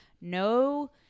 No